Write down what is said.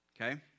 Okay